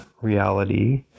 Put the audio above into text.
reality